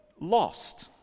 lost